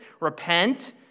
Repent